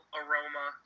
aroma